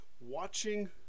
watching